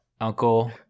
uncle